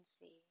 see